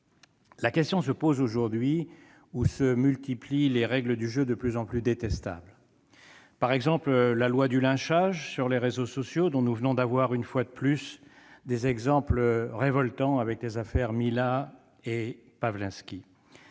La question se pose aujourd'hui, avec la multiplication de règles du jeu de plus en plus détestables. Je prendrai les exemples de la loi du lynchage sur les réseaux sociaux, dont nous venons d'avoir, une fois de plus, des exemples révoltants avec les affaires Mila et Pavlenski